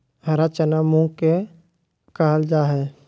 हरा चना मूंग के कहल जा हई